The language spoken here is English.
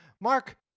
Mark